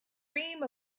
dream